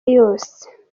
yose